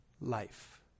life